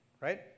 right